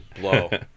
Blow